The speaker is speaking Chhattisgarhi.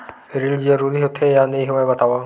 ऋण जरूरी होथे या नहीं होवाए बतावव?